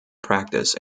practice